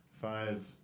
five